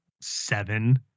seven